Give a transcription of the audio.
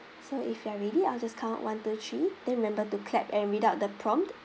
so if you are ready I'll just count one two three then remember to clap and read out the prompt